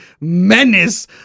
menace